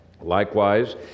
Likewise